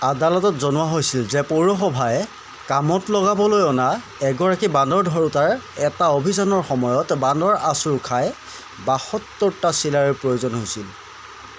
আদালতত জনোৱা হৈছিল যে পৌৰসভাই কামত লগাবলৈ অনা এগৰাকী বান্দৰ ধৰোঁতাৰ এটা অভিযানৰ সময়ত বান্দৰৰ আঁচোৰ খাই বাসত্তৰটা চিলাইৰ প্ৰয়োজন হৈছিল